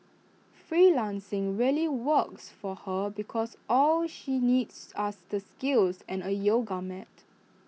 freelancing really works for her because all she needs us the skills and A yoga mat